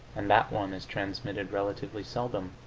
and that one is transmitted relatively seldom.